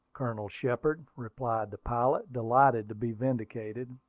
colonel shepard, replied the pilot, delighted to be vindicated.